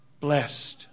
blessed